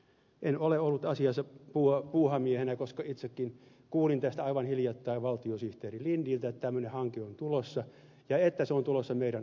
en ole ollut asiassa puuhamiehenä koska itsekin kuulin aivan hiljattain valtiosihteeri lindiltä että tämmöinen hanke on tulossa ja että se on tulossa meidän alueelle